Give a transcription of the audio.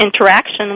interaction